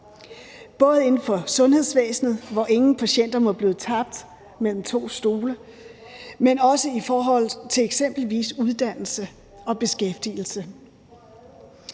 både inden for sundhedsvæsenet, hvor ingen patienter må falde ned mellem to stole, men også i forhold til eksempelvis uddannelse og beskæftigelse.